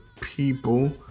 people